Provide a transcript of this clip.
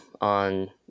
on